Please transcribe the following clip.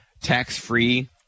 tax-free